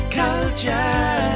culture